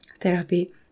therapy